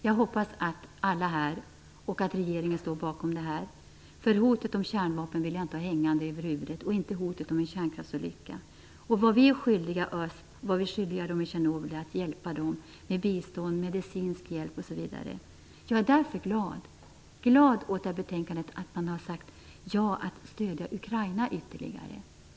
Jag hoppas att alla här och även regeringen står bakom detta, för hotet om kärnvapen vill jag inte ha hängande över mitt huvud, inte heller hotet om en kärnkraftsolycka. Vad vi är skyldiga öst och vad vi är skyldiga människorna i Tjernobyl är att hjälpa dem med bistånd, att ge dem medicinsk hjälp osv. Jag är därför glad över att man har sagt ja till att stödja Ukraina ytterligare.